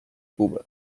cuba